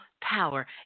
power